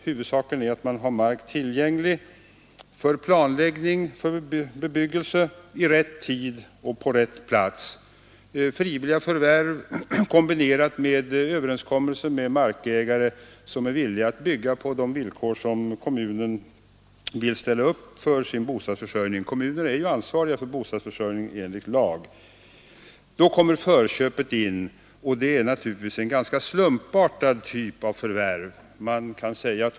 Huvudsaken är att man har mark tillgänglig för planläggning, för bebyggelse i rätt tid och på rätt plats, frivilliga förvärv kombinerade med överenskommelse med markägare som är villiga att bygga på de villkor som kommunen vill ställa upp för sin bostadsförsörjning — kommunerna är ju ansvariga för bostadsförsörjningen enligt lag. Då kommer förköpet in i bilden, och det är naturligtvis en ganska slumpartad typ av förvärv.